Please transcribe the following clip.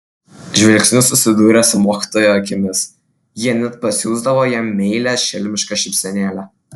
žvilgsniu susidūrę su mokytojo akimis jie net pasiųsdavo jam meilią šelmišką šypsenėlę